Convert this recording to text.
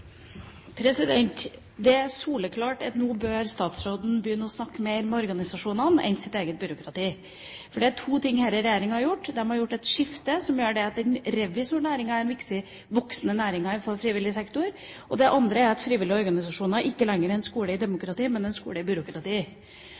Det er soleklart at nå bør statsråden begynne å snakke mer med organisasjonene enn med sitt eget byråkrati. For det er to ting denne regjeringa har gjort. De har gjort et skifte som gjør at revisornæringen er en voksende næring når det gjelder frivillig sektor. Det andre er at frivillige organisasjoner ikke lenger er en skole i